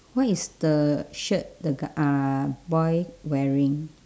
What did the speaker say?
what is the shirt the g~ uh boy wearing